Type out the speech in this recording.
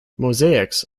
mosaics